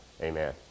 amen